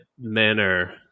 manner